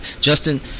Justin